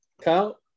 Kyle